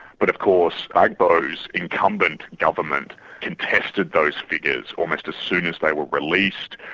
but of course gbagbo's incumbent government contested those figures almost as soon as they were released,